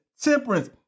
temperance